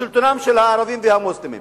בשלטונם של הערבים והמוסלמים.